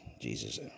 Jesus